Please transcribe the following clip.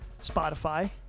Spotify